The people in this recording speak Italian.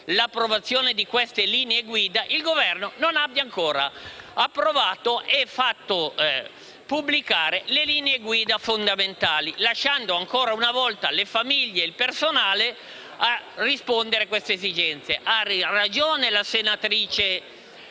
l'approvazione di queste linee guida, il Governo non abbia ancora approvato e fatto pubblicare le linee guida fondamentali, lasciando ancora una volta le famiglie e il personale a dover rispondere a queste esigenze. Ha ragione la senatrice